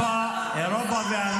זכותה של